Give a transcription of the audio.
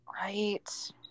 Right